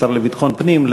השר לביטחון פנים,